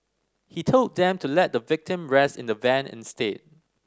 he told them to let the victim rest in the van instead